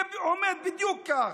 זה עומד בדיוק כך.